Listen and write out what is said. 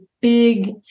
big